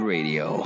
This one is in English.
Radio